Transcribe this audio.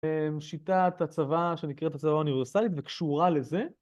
שיטת הצבא שנקראת הצבא האוניברסלית וקשורה לזה.